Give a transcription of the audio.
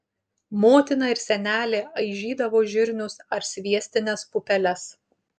motina ir senelė aižydavo žirnius ar sviestines pupeles